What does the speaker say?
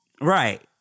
Right